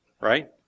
right